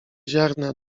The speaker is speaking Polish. ziarna